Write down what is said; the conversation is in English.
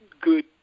good